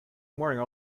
morning